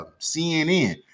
CNN